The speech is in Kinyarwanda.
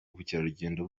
ubukerarugendo